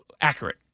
accurate